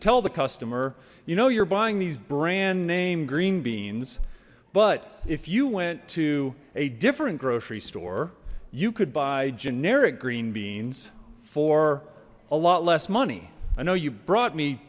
tell the customer you know you're buying these brand name green beans but if you went to a different grocery store you could buy generic green beans for a lot less money i know you brought me